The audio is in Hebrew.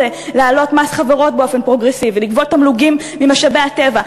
וכך הוא פתר עוד מיליארד שקלים בבור התקציבי.